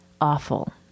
awful